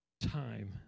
time